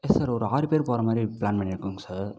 S sir ஒரு ஆறு பேர் போகிற மாதிரி பிளான் பண்ணியிருக்கோங்க சார்